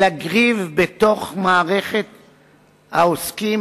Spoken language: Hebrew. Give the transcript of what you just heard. אלא ריב בתוך מערכת העוסקים,